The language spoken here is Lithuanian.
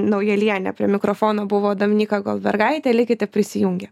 naujalienę prie mikrofono buvo dominyka goldbergaitė likite prisijungę